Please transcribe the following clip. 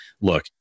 look